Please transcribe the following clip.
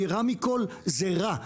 ורע מכול זה רע,